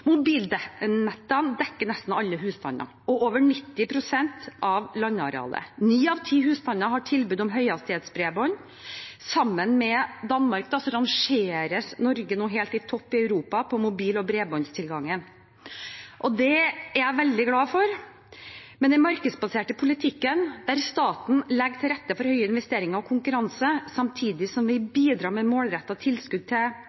dekker nesten alle husstandene og over 90 pst. av landarealet. Ni av ti husstander har tilbud om høyhastighets bredbånd. Sammen med Danmark rangeres Norge helt på topp i Europa på mobil- og bredbåndstilgang. Det er jeg veldig glad for. Den markedsbaserte politikken, der staten legger til rette for store investeringer og konkurranse, samtidig som vi bidrar med målrettede tilskudd til